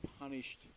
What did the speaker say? punished